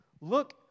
Look